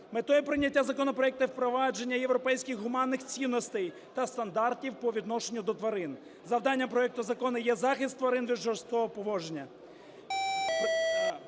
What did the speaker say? Метою прийняття законопроекту є впровадження європейських гуманних цінностей та стандартів по відношенню до тварин. Завданням проекту Закону є захист тварин від жорстокого поводження.